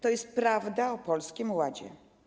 To jest prawda o Polskim Ładzie.